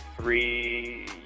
three